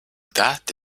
that